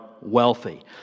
wealthy